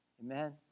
Amen